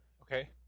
okay